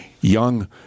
young